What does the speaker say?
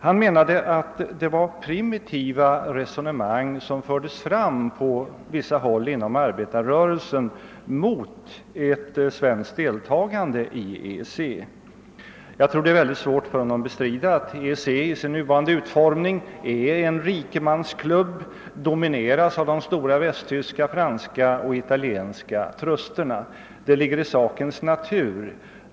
Han menade att det framförs primitiva resonemang på vissa håll in Jag tror att det är mycket svårt för honom att bestrida att EEC i sin nuvarande utformning är en rikemansklubb, som domineras av de stora västtyska, franska och italienska trusterna. Det ligger i sakens natur.